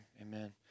amen